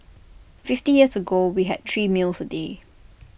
fifty years ago we had three meals A day